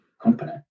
company